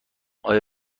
آیا